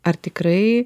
ar tikrai